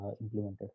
implemented